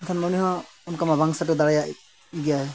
ᱮᱱᱠᱷᱟᱱ ᱩᱱᱤ ᱦᱚᱸ ᱚᱱᱠᱟ ᱢᱟ ᱵᱟᱝ ᱥᱮᱴᱮᱨ ᱫᱟᱲᱮᱭᱟᱭ ᱜᱮᱭᱟᱭ